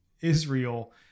Israel